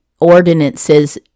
ordinances